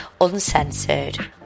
Uncensored